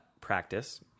practice